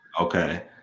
Okay